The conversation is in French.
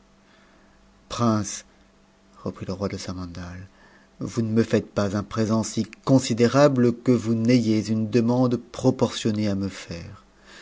prince reprit e roi de samandal vous ne me faites pas un présent i considérable que vous n'ayez une demande proportionnée à me faire